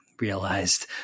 realized